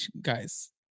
guys